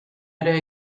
ere